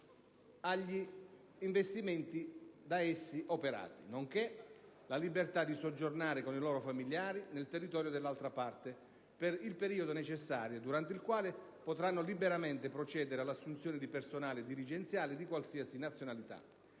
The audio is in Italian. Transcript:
agli investimenti da essi operati, nonché la libertà di soggiornare - con i loro familiari - nel territorio dell'altra parte per il periodo necessario, durante il quale potranno liberamente procedere all'assunzione di personale dirigenziale di qualsiasi nazionalità.